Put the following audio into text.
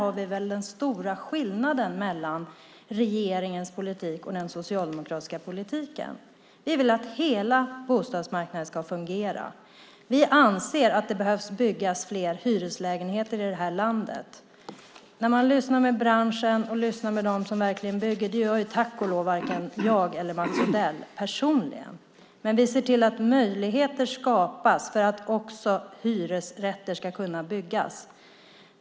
Där har vi den stora skillnaden mellan regeringens politik och den socialdemokratiska politiken. Vi vill att hela bostadsmarknaden ska fungera. Vi anser att det behöver byggas fler hyreslägenheter i det här landet. Vi lyssnar på branschen och på dem som bygger - det gör, tack och lov, varken jag eller Mats Odell personligen - och ser till att möjligheter skapas för att också hyresrätter ska kunna byggas.